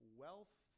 wealth